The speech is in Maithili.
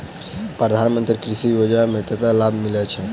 प्रधान मंत्री कृषि सिंचाई योजना मे कतेक लाभ मिलय छै?